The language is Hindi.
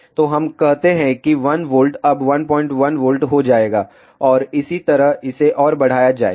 तो हम कहते हैं कि 1 V अब 11 V हो जाएगा और इसी तरह इसे और बढ़ाया जाए